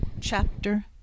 Chapter